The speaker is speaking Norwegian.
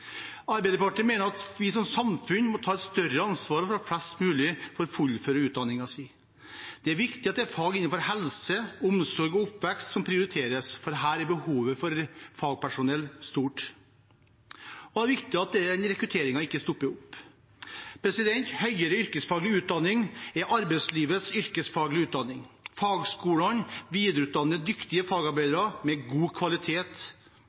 Arbeiderpartiet mener at vi som samfunn må ta et større ansvar for at flest mulig får fullført utdanningen sin. Det er viktig at det er fag innenfor helse, omsorg og oppvekst som prioriteres, for her er behovet for fagpersonell stort, og det er viktig at rekrutteringen ikke stopper opp. Høyere yrkesfaglig utdanning er arbeidslivets yrkesfaglige utdanning. Fagskolene videreutdanner dyktige fagarbeidere med god kvalitet